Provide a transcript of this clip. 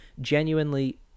Genuinely